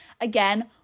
Again